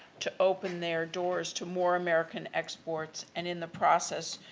to open their doors to more american exports and, in the process,